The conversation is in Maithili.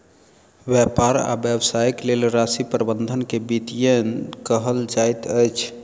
व्यापार आ व्यवसायक लेल राशि प्रबंधन के वित्तीयन कहल जाइत अछि